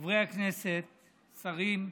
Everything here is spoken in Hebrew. חברי הכנסת, שרים,